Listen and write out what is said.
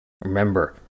Remember